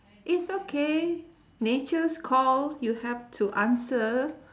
it's okay nature's call you have to answer